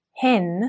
hen